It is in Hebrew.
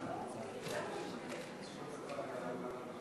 סעיפים 1 4 נתקבלו.